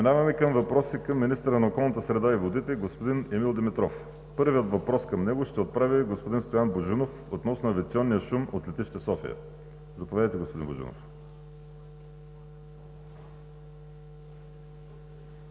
Първият въпрос към него ще отправи господин Стоян Божинов относно авиационния шум от летище София. Заповядайте, господин Божинов.